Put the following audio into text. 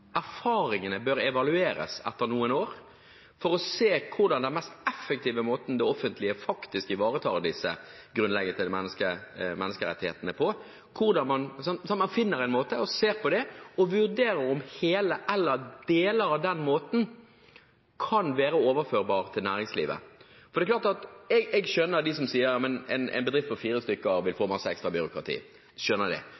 erfaringene bør evalueres etter noen år for å se på hva som er den mest effektive måten det offentlige faktisk kan ivareta de grunnleggende menneskerettighetene på, at man finner en måte for det, og vurderer om hele eller deler av den måten kan være overførbar til næringslivet. Jeg skjønner dem som sier at en bedrift på fire stykker vil få masse ekstrabyråkrati. Jeg skjønner det. Man kan ikke sende en bedrift på fire stykker